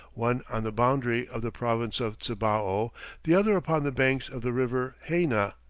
one on the boundary of the province of cibao, the other upon the banks of the river hayna.